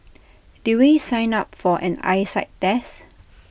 did we sign up for an eyesight test